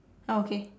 ah okay